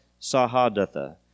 Sahadatha